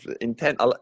Intent